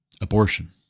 abortion